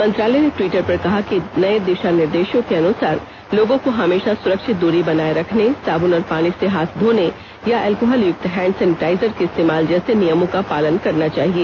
मंत्रालय ने ट्वीटर पर कहा कि नए दिशा निर्देशों के अनुसार लोगों को हमेशा सुरक्षित दूरी बनाए रखने साबून और पानी से हाथ धोने या एल्कोहल युक्त हैंड सैनिटाइजर के इस्तेमाल जैसे नियमों का पालन करना चाहिए